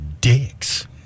dicks